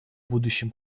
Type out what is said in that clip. будущем